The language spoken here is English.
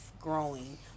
growing